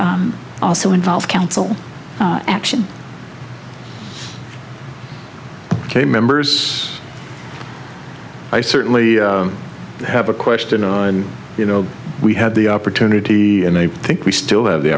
also involve council action ok members i certainly have a question on you know we had the opportunity and i think we still have the